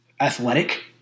athletic